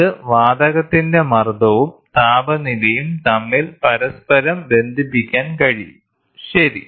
ഇത് വാതകത്തിന്റെ മർദ്ദവും താപനിലയും തമ്മിൽ പരസ്പരം ബന്ധിപ്പിക്കാൻ കഴിയും ശരി